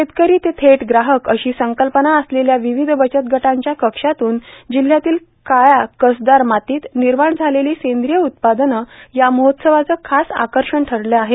शेतकरी ते थेट ग्राह्क अशी संकल्पना असलेल्या विविध बचत गटांच्या कक्षातून जिल्ह्यातील काळया कसदार मातीत निर्माण झालेली सेंद्रिय उत्पादने या महोत्सवाचे खास आकर्षण ठरले आहे